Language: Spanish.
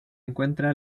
encuentra